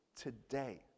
today